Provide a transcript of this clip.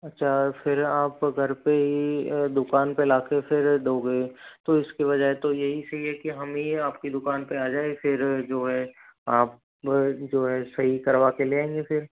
अच्छा फिर आप घर पे ही दुकान पे ला के फिर दोगे तो इसकी वजह तो यही सही है कि हम ही आपकी दुकान पे आ जाए फिर जो है आप जो है सही करवा के देंगे फिर